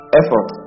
effort